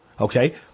Okay